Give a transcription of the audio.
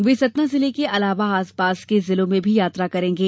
वे सतना जिले के अलावा आसपास के जिलों में भी यात्रा करेंगे